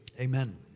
Amen